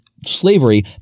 slavery